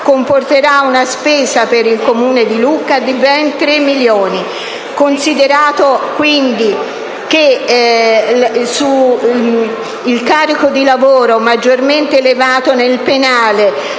comporterà una spesa per il Comune di Lucca di ben 3 milioni di euro. Considerato che il carico di lavoro maggiormente elevato nel penale,